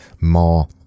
more